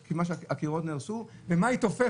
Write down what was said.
כי זה נשאל --- חבר הכנסת רוטמן מציע לשים לב היטב להערות